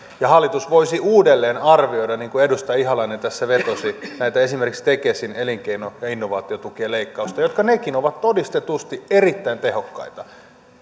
ja hallitus voisi uudelleen arvioida niin kuin edustaja ihalainen tässä vetosi esimerkiksi tätä tekesin elinkeino ja innovaatiotukien leikkausta jotka nekin ovat todistetusti erittäin tehokkaita